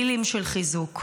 מילים של חיזוק.